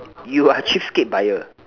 you are cheapskate buyer